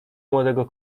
młodego